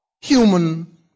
human